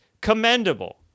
commendable